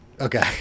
Okay